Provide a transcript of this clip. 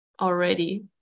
already